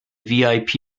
vip